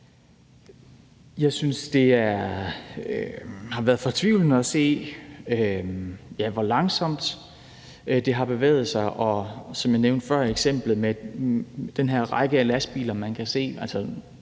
Jeg synes, det har været fortvivlende at se, hvor langsomt det har bevæget sig, og som jeg nævnte før i eksemplet med den her række af lastbiler, man kan se,